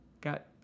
Got